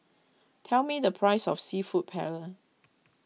tell me the price of Seafood Paella